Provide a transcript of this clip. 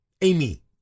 Amy